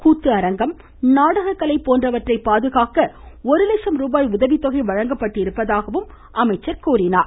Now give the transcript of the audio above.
கூத்து அரங்கம் நாடகக்கலை போன்றவற்றை பாதுகாப்பதற்கு ஒரு லட்சம் ருபாய் உதவித்தொகை வழங்கப்பட்டிருப்பதாக அமைச்சர் தெரிவித்தார்